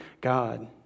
God